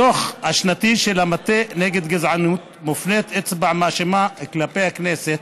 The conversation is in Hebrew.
בדוח השנתי של המטה נגד גזענות מופנית אצבע מאשימה כלפי הכנסת,